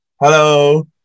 Hello